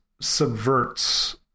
subverts